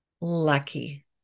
lucky